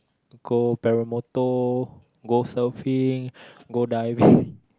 to go paramotor go surfing go diving